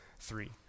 three